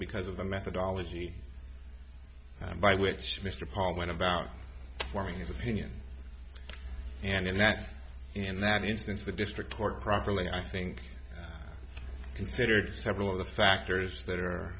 because of the methodology by which mr paul went about forming the pinions and that in that instance the district court properly i think that considered several of the factors that are